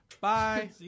Bye